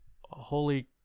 holy